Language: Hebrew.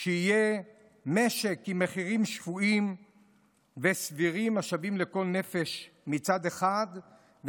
שיהיה משק עם מחירים שפויים וסבירים השווים לכל נפש מצד אחד,